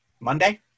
Monday